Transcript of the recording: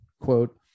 quote